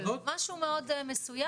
משהו מאוד מסוים.